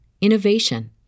innovation